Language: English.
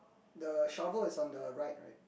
the shovel is on the right right